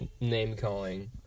name-calling